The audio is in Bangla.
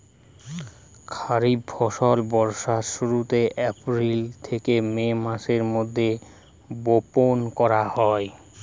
খরিফ ফসল বর্ষার শুরুতে, এপ্রিল থেকে মে মাসের মধ্যে বপন করা হয়